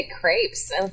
crepes